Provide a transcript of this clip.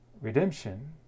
redemption